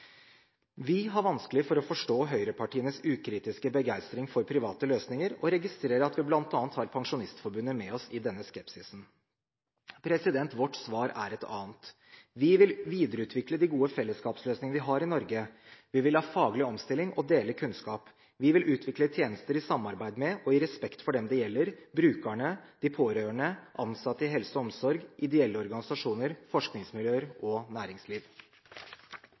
Vi har vanskelig for å forstå høyrepartienes ukritiske begeistring for private løsninger, og registrerer at vi bl.a. har Pensjonistforbundet med oss i denne skepsisen. Vårt svar er et annet. Vi vil videreutvikle de gode fellesskapsløsningene vi har i Norge. Vi vil ha faglig omstilling og dele kunnskap. Vi vil utvikle tjenester i samarbeid med og i respekt for dem det gjelder: brukerne, de pårørende, ansatte i helse og omsorg, ideelle organisasjoner, forskningsmiljøer og næringsliv.